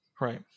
Right